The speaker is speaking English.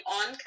on